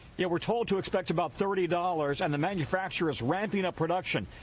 yeah we're told to expect about thirty dollars. and the manufacturer's ramping up production.